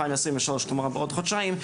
כלומר עוד חודשיים,